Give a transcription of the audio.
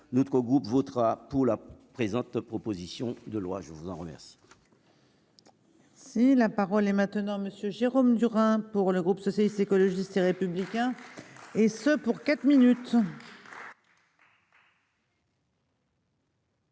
notre groupe votera pour la présente proposition de loi, je vous en remercie.